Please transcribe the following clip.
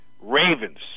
Ravens